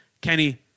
Kenny